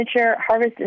harvest